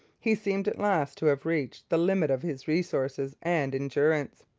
he seemed at last to have reached the limit of his resources and endurance.